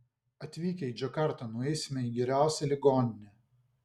atvykę į džakartą nueisime į geriausią ligoninę